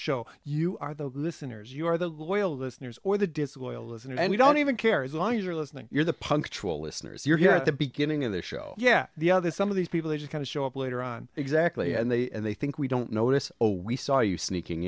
show you are the listeners you are the loyal listeners or the disloyal is and we don't even care as long as you're listening you're the punctual listeners you're get the beginning of the show yeah the other some of these people are kind of show up later on exactly and they and they think we don't notice oh we saw you sneaking